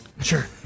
Sure